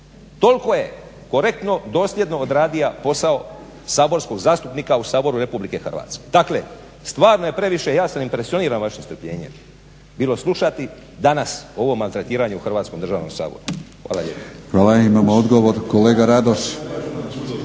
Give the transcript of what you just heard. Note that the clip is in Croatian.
Toliko je korektno, dosljedno odradio posao saborskog zastupnika u Saboru RH. Dakle, stvarno je previše, ja sam impresioniran vašim strpljenjem bilo slušati danas ovo maltretiranje u hrvatskom državnom saboru. Hvala. **Batinić, Milorad (HNS)** Hvala. Imamo odgovor, kolega Radoš.